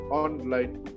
online